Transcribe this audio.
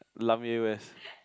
Lamar West